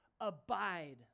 abide